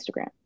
Instagram